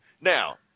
Now